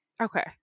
Okay